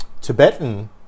Tibetan